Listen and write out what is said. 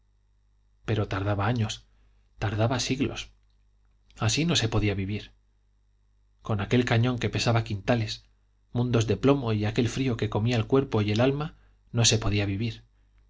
pero tardaba años tardaba siglos así no se podía vivir con aquel cañón que pesaba quintales mundos de plomo y aquel frío que comía el cuerpo y el alma no se podía vivir